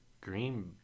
Green